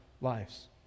lives